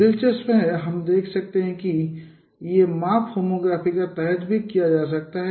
दिलचस्प है हम देख सकते हैं कि यह माप होमोग्राफी के तहत भी किया जा सकता है